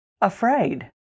afraid